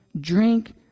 drink